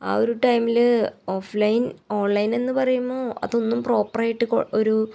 ആ ഒരു ടൈമിൽ ഓഫ്ലൈൻ ഓൺ ലൈനെന്ന് പറയുമ്പോൾ അതൊന്നും പ്രോപ്പറായിട്ട് ഒരു